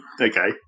Okay